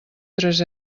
tres